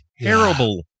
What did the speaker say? terrible